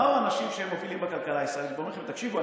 באים אנשים שמובילים בכלכלה הישראלית ואומרים: תקשיבו,